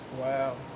Wow